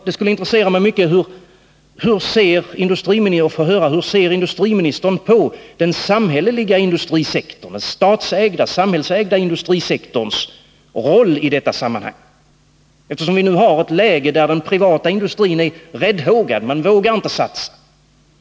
Det skulle intressera mig mycket att få höra hur industriministern ser på den samhälleligt ägda industrisektorns roll i detta sammanhang. Vi har nu ett läge där den privata industrin är räddhågad — den vågar inte satsa.